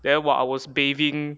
then what I was bathing